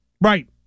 Right